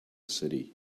city